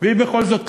והיא בכל זאת כזאת.